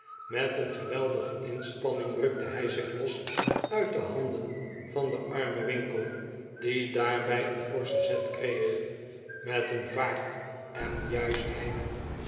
met een geweldige inspanning rukte hij zich los uit de handen van den armen winkle die daarbij een forschen zet kreeg met een vaart en juistheid